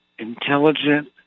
Intelligent